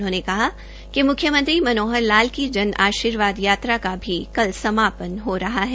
उन्होंने कहा कि मुख्यमंत्री मनोहर लाल खट्टर की जन आशीर्वाद यात्रा का भी रविवार को समापन हो रहा है